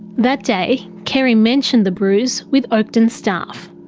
that day, kerry mentioned the bruise with oakden staff.